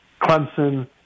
Clemson